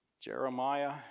Jeremiah